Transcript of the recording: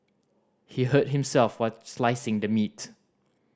he hurt himself while slicing the meat